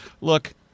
look